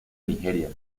nigeria